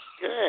Good